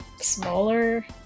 smaller